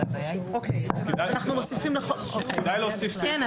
כדאי להוסיף סעיף.